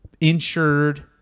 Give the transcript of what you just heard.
insured